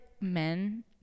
men